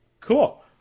Cool